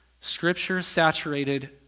Scripture-saturated